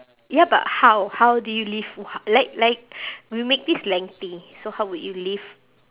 ya but how how do you live ho~ like like we make this lengthy so how would you live